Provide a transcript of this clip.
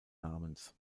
namens